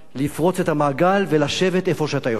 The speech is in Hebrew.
לפרוץ את המעגל ולשבת איפה שאתה יושב.